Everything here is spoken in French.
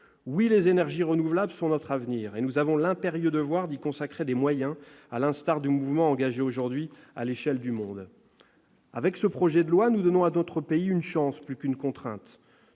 Oui, les énergies renouvelables sont notre avenir, et nous avons l'impérieux devoir d'y consacrer des moyens, à la hauteur du mouvement engagé aujourd'hui à l'échelle du monde ! Avec ce projet de loi, nous donnons à notre pays une chance plus qu'une contrainte.